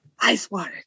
Icewater